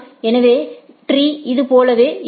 எனவே மரம் இது போலவே இருக்கும்